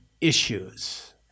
issues